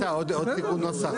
נטע, עוד תיקון נוסח.